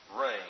rain